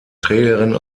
trägerin